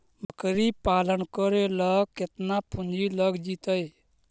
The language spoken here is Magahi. बकरी पालन करे ल केतना पुंजी लग जितै?